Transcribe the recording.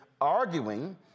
arguing